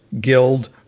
Guild